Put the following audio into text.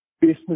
business